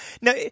No